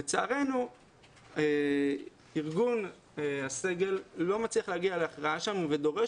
לצערנו ארגון הסגל לא מצליח להגיע להכרעה שם ודורש